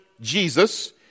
Jesus